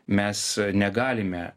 mes negalime